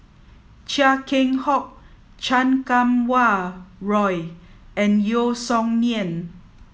Chia Keng Hock Chan Kum Wah Roy and Yeo Song Nian